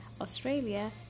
Australia